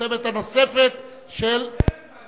החותמת הנוספת, גם את זה הם מזייפים.